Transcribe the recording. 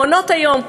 מעונות-היום,